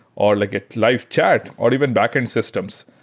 or like a live chat, or even backend systems.